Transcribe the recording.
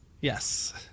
Yes